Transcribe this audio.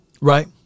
Right